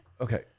Okay